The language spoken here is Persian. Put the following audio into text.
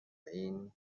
این